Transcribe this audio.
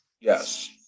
yes